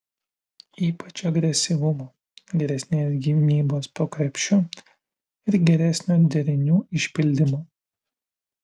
ypač agresyvumo geresnės gynybos po krepšiu ir geresnio derinių išpildymo